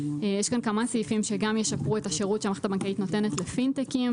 יש כאן כמה סעיפים שגם ישפרו את השירות שהמערכת הבנקאית נותנת לפינטקים,